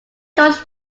george